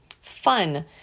fun